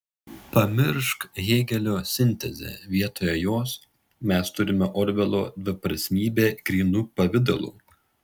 pamiršk hėgelio sintezę vietoje jos mes turime orvelo dviprasmybę grynu pavidalu